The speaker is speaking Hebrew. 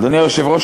אדוני היושב-ראש,